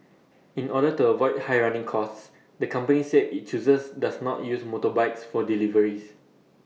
in order to avoid high running costs the company said IT chooses does not use motorbikes for deliveries